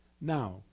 now